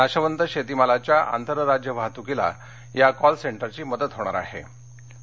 नाशवंत शेतीमालाच्या ीतरराज्य वाहतुकीला या कॉलसेंटरची मदत होणार ीहे